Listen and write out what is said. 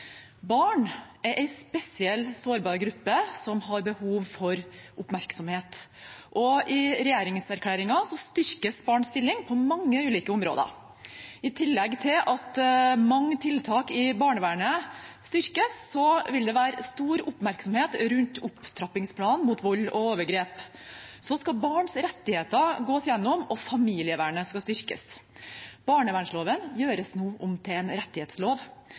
Barn er en spesielt sårbar gruppe som har behov for oppmerksomhet. I regjeringserklæringen styrkes barns stilling på mange ulike områder. I tillegg til at mange tiltak i barnevernet styrkes, vil det være stor oppmerksomhet rundt opptrappingsplanen mot vold og overgrep. Man skal gå igjennom barns rettigheter, og familievernet skal styrkes. Barnevernsloven gjøres nå om til en rettighetslov,